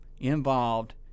involved